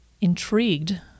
intrigued